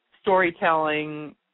storytelling